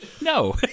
No